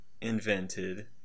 invented